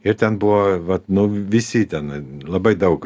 ir ten buvo vat nu visi ten labai daug